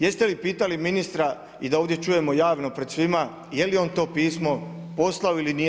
Jeste li pitali ministra i da ovdje čujemo javno pred svima je li on to pismo poslao ili nije.